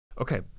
Okay